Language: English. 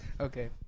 Okay